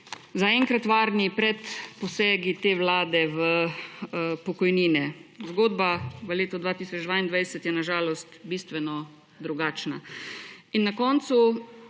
zaenkrat varni pred posegi te vlade v pokojnine. Zgodba v letu 2022 je na žalost bistveno drugačna.